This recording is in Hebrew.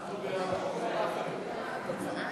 ההצעה